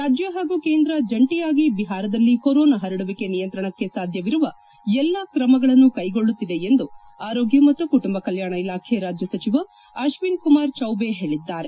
ರಾಜ್ಯ ಹಾಗೂ ಕೇಂದ್ರ ಜಂಟಿಯಾಗಿ ಬಿಹಾರದಲ್ಲಿ ಕೊರೊನಾ ಹರಡುವಿಕೆ ನಿಯಂತ್ರಣಕ್ಕೆ ಸಾಧ್ಯವಿರುವ ಎಲ್ಲ ಕ್ರಮಗಳನ್ನು ಕೈಗೊಳ್ಳುತ್ತಿದೆ ಎಂದು ಆರೋಗ್ಕ ಮತ್ತು ಕುಟುಂಬ ಕಲ್ಲಾಣ ಇಲಾಖೆ ರಾಜ್ಯ ಸಚಿವ ಅಶ್ವಿನ್ ಕುಮಾರ್ ಚೌಬೆ ಹೇಳಿದ್ದಾರೆ